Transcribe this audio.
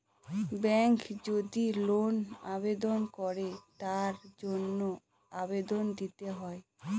ব্যাঙ্কে যদি লোন আবেদন করে তার জন্য আবেদন দিতে হয়